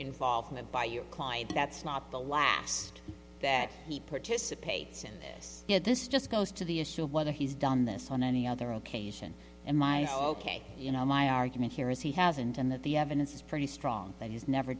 involvement by your client that's not the last that he participates in this just goes to the issue of whether he's done this on any other occasion in my case you know my argument here is he hasn't and that the evidence is pretty strong that he's never